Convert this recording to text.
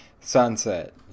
sunset